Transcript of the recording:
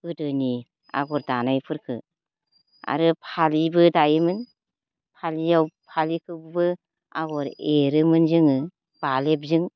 गोदोनि आगर दानायफोरखौ आरो फालिबो दायोमोन फालियाव फालिखौबो आगर एरोमोन जोङो बालेबजों